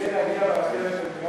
יזכה להגיע ברכבת במירון.